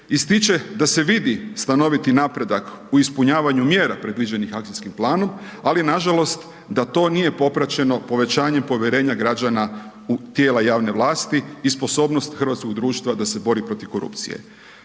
ističe da se vidi stanoviti napredak, u ispunjavanju mjera, predviđenim akcijskim planom, ali nažalost, da to nije popraćeno povećanje povjerenja građana u tijela javne vlasti i sposobnost hrvatskog društva da se bori protiv korupcije.